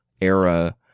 era